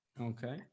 Okay